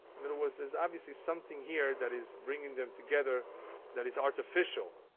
in other words, there's obviously something here that is bringing them together that is artificial.